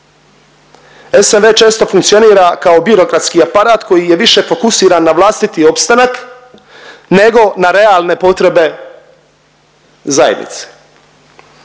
SNV često funkcionira kao birokratski aparat koji je više fokusiran na vlastiti opstanak nego na realne potrebe zajednice.